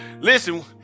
Listen